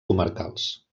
comarcals